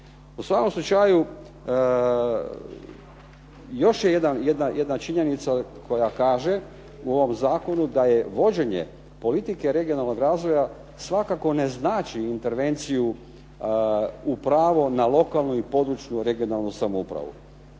U svakom slučaju još je jedna činjenica koja kaže u ovom zakonu da je vođenje politike regionalnog razvoja svakako ne znači intervenciju u pravo na lokalnu i područnu regionalnu samoupravu.